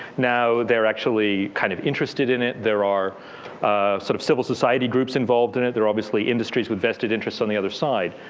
now they're actually kind of interested in it. there are some sort of civil society groups involved in it. there are obviously industries with vested interests on the other side.